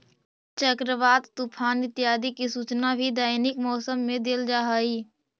चक्रवात, तूफान इत्यादि की सूचना भी दैनिक मौसम में देल जा हई